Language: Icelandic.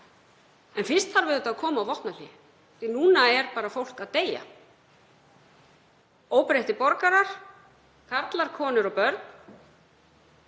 En fyrst þarf auðvitað að koma á vopnahléi því að núna er fólk að deyja, óbreyttir borgarar, karlar, konur og börn,